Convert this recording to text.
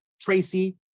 Tracy